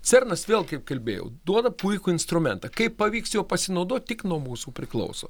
cernas vėl kaip kalbėjau duoda puikų instrumentą kaip pavyks juo pasinaudot tik nuo mūsų priklauso